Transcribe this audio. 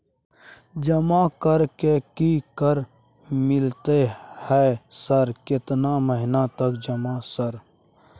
जमा कर के की कर मिलते है सर केतना महीना तक जमा सर?